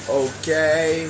okay